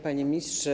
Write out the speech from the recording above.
Panie Ministrze!